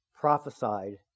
prophesied